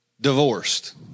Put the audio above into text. divorced